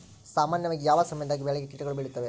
ಸಾಮಾನ್ಯವಾಗಿ ಯಾವ ಸಮಯದಾಗ ಬೆಳೆಗೆ ಕೇಟಗಳು ಬೇಳುತ್ತವೆ?